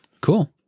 Cool